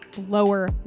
lower